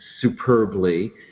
superbly